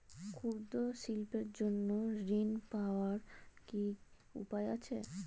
ক্ষুদ্র শিল্পের জন্য ঋণ পাওয়ার কি উপায় আছে?